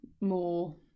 more